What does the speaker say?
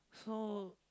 so